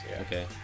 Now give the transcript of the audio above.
Okay